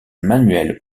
manuel